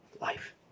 life